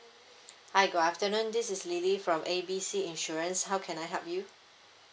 hi good afternoon this is lily from A B C insurance how can I help you